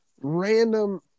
Random